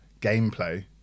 gameplay